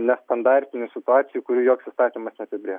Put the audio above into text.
ne standartinių situacijų kurių joks įstatymas neapibrėš